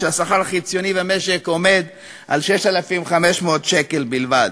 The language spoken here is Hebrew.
שהשכר החציוני במשק עומד על 6,500 שקל בלבד,